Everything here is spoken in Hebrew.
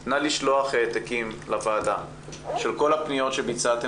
נא לשלוח העתקים לוועדה של כל הפניות שביצעתם